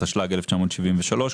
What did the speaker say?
התשל"ג-1973,